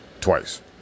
Twice